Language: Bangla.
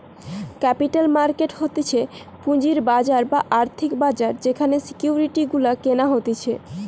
ক্যাপিটাল মার্কেট হতিছে পুঁজির বাজার বা আর্থিক বাজার যেখানে সিকিউরিটি গুলা কেনা হতিছে